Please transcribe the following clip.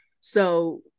So-